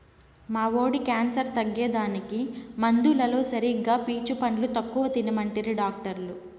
మా వోడి క్యాన్సర్ తగ్గేదానికి మందులతో సరిగా పీచు పండ్లు ఎక్కువ తినమంటిరి డాక్టర్లు